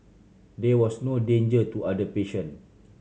there was no danger to other patient